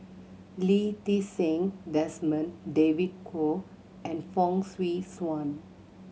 Lee Ti Seng Desmond David Kwo and Fong Swee Suan